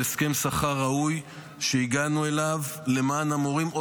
הסכם שכר ראוי שהגענו אליו למען המורים,